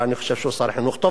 אני חושב שהוא שר חינוך טוב,